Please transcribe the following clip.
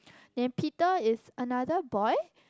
then Peter is another boy